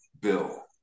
Bill